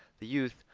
the youth,